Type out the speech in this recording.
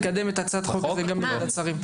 נקדם את הצעת החוק הזה גם בוועדת שרים.